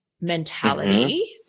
mentality